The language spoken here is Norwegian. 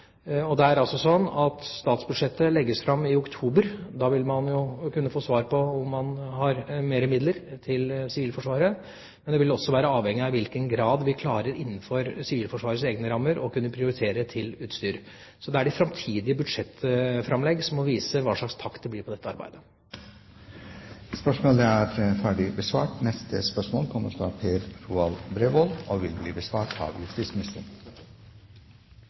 og det er altså sånn at statsbudsjettet legges fram i oktober. Da vil man kunne få svar på om man har mer midler til Sivilforsvaret. Men det vil også være avhengig av i hvilken grad vi innenfor Sivilforsvarets egne rammer klarer å prioritere til utstyr. Så det er de framtidige budsjettframlegg som må vise hva slags takt det blir på dette arbeidet. Først vil jeg få gratulere statsråden med familieforøkelsen! Så til spørsmålet: «Det går trolig mot henleggelse av